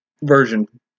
version